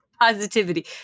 positivity